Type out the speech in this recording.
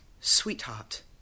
Sweetheart